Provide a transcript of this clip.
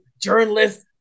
journalist